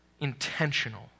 Intentional